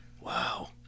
Wow